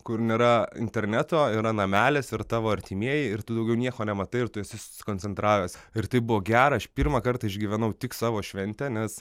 kur nėra interneto yra namelis ir tavo artimieji ir tu daugiau nieko nematai ir tu esi susikoncentravęs ir tai buvo gera aš pirmą kartą išgyvenau tik savo šventę nes